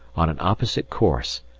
on an opposite course,